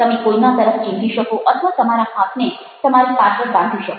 તમે કોઈના તરફ ચીંધી શકો અથવા તમારા હાથને તમારી પાછળ બાંધી શકો